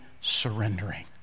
surrendering